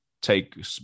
take